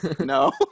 No